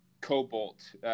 Cobalt